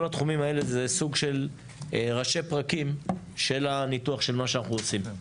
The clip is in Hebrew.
כל התחומים האלה זה סוג של ראשי פרקים של הניתוח של מה שאנחנו עושים.